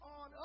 on